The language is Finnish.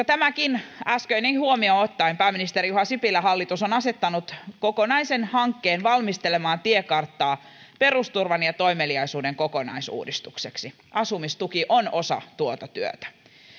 tämäkin äskeinen huomioon ottaen pääministeri juha sipilän hallitus on asettanut kokonaisen hankkeen valmistelemaan tiekarttaa perusturvan ja toimeliaisuuden kokonaisuudistukseksi asumistuki on osa tuota työtä